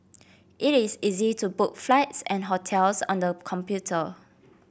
it is easy to book flights and hotels on the computer